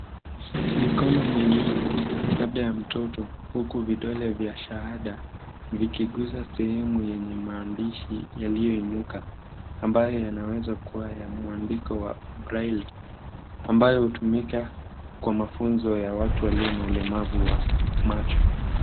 Mikono miwili, labda ya mtoto, huku vidole vya shahada vikigusa sehemu yenye maandishi yaliyoinuka ambayo yanaweza kuwa ya mwandiko wa Braille , ambayo hutumika kwa mafunzo ya watu walio na ulemavu wa macho.